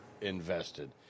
invested